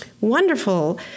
wonderful